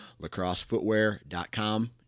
lacrossefootwear.com